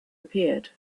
appeared